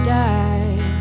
die